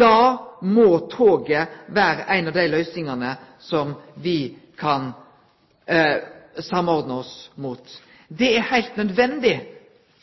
Da må toget vere ei av dei løysingane som me kan samordne oss mot. Det er heilt nødvendig